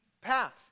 path